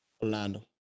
Orlando